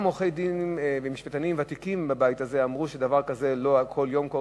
גם עורכי-דין ומשפטנים ותיקים בבית הזה אמרו שדבר כזה לא קורה כל יום,